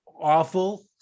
awful